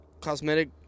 cosmetic